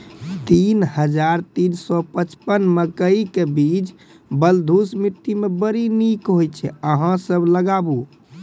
तीन हज़ार तीन सौ पचपन मकई के बीज बलधुस मिट्टी मे बड़ी निक होई छै अहाँ सब लगाबु?